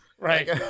Right